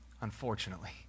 Unfortunately